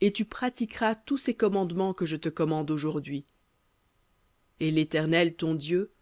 et tu pratiqueras tous ses commandements que je te commande aujourdhui et l'éternel ton dieu